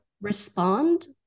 respond